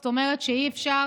זאת אומרת שאי-אפשר